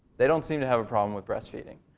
they don't seem to have a problem with breast feeding.